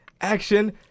action